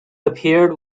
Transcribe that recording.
appeared